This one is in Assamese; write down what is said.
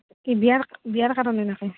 কি বিয়াৰ বিয়াৰ কাৰণে নাকে